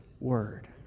word